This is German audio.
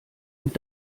und